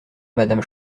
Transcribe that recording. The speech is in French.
madame